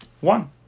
One